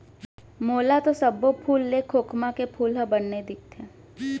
मोला तो सब्बो फूल ले खोखमा के फूल ह बने दिखथे